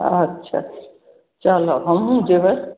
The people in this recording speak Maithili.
अच्छा चलऽ हमहुँ जेबै